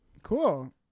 cool